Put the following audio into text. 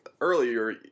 earlier